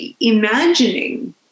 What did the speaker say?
imagining